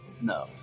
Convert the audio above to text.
No